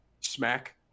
smack